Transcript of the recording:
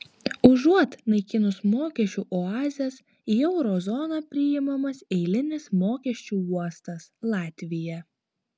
užuot naikinus mokesčių oazes į euro zoną priimamas eilinis mokesčių uostas latvija